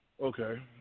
Okay